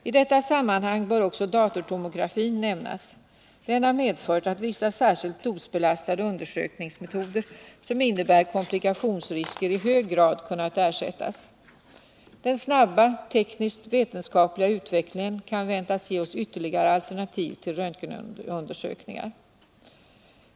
I detta sammanhang bör också datortomografin nämnas. Den har medfört att vissa särskilt dosbelastade undersökningsmetoder som innebär komplikationsrisker i hög grad kunnat ersättas. Den snabba tekniskt vetenskapliga utvecklingen kan väntas ge oss ytterligare alternativ till röntgenundersökningar.